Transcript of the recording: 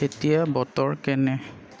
এতিয়া বতৰ কেনে